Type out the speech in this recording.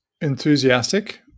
enthusiastic